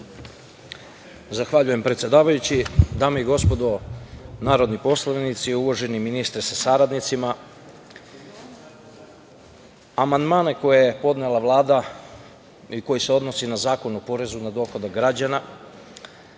Zahvaljujem, predsedavajući. Dame i gospodo narodni poslanici, uvaženi ministre sa saradnicima, amandmane koje je podnela Vlada i koji se odnose na Zakon o porezu na dohodak građana